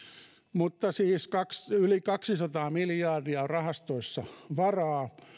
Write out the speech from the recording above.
mutta siis yli kaksisataa miljardia on rahastoissa varaa